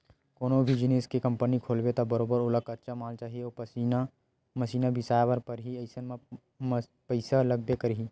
कोनो भी जिनिस के कंपनी खोलबे त बरोबर ओला कच्चा माल चाही अउ मसीन बिसाए बर परही अइसन म पइसा लागबे करही